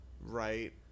right